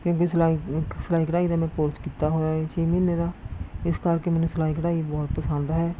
ਕਿਉਂਕਿ ਸਿਲਾ ਕ ਸਲਾਈ ਕਢਾਈ ਦਾ ਮੈਂ ਕੋਰਸ ਕੀਤਾ ਹੋਇਆ ਏ ਛੇ ਮਹੀਨੇ ਦਾ ਇਸ ਕਰਕੇ ਮੈਨੂੰ ਸਲਾਈ ਕਢਾਈ ਬਹੁਤ ਪਸੰਦ ਹੈ